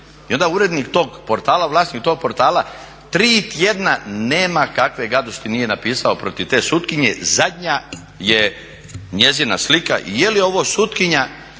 i onda urednik tog portala, vlasnik tog portala tri tjedna nema kakve gadosti nije napisao protiv te sutkinje, zadnja je njezina slika i je li ovo sutkinja